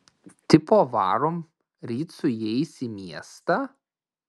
tipo varom ryt su jais į miestą